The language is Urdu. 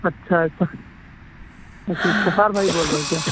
اچھا اچھا اچھا افتخار بھائی بول رہے ہیں کیا